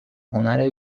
هنر